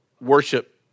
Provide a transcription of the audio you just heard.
worship